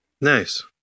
nice